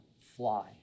fly